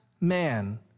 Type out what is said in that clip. man